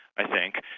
i think,